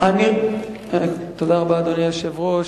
אדוני היושב-ראש,